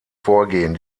vorgehen